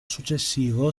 successivo